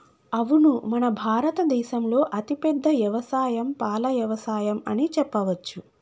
అవును మన భారత దేసంలో అతిపెద్ద యవసాయం పాల యవసాయం అని చెప్పవచ్చు